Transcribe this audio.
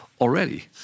already